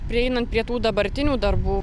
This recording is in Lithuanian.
prieinant prie tų dabartinių darbų